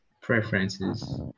preferences